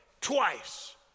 twice